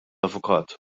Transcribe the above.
avukat